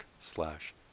slash